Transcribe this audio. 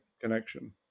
connection